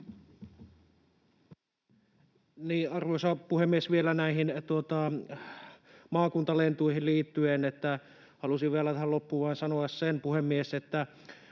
Arvoisa puhemies! Näihin maakuntalentoihin liittyen halusin vielä tähän loppuun vain sanoa sen, puhemies, että